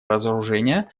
разоружения